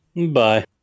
Bye